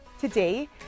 Today